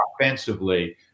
offensively